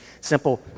simple